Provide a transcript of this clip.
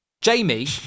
Jamie